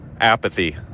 apathy